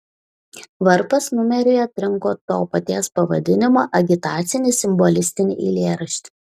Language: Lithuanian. varpas numeriui atrinko to paties pavadinimo agitacinį simbolistinį eilėraštį